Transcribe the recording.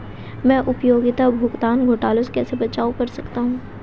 मैं उपयोगिता भुगतान घोटालों से कैसे बचाव कर सकता हूँ?